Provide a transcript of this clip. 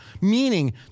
meaning